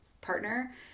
partner